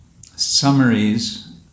summaries